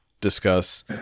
discuss